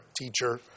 teacher